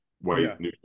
white